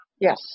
Yes